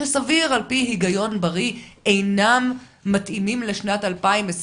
שסביר על פי היגיון בריא אינם מתאימים לשנת 2021?